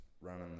running